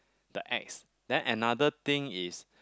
the X then another thing is